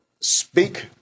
speak